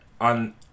on